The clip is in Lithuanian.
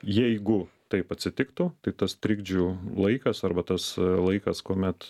jeigu taip atsitiktų tai tas trikdžių laikas arba tas laikas kuomet